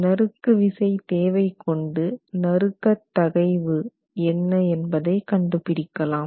நறுக்கு விசை தேவை கொண்டு நறுக்கத் தகைவு என்ன என்பதை கண்டுபிடிக்கலாம்